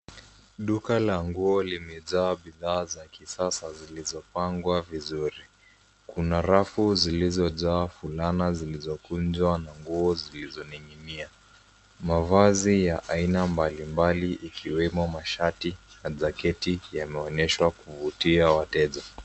Duka la nguo limejaa bidhaa za kisasa zilizopangwa vizuri, Kuna rafu zilizojaa, fulana zilizokunjwa na nguo zilizoning'inia. Mavazi ya aina mbalimbali ikiwemo mashati na jaketi yameonyeshwa kuvutia wateja.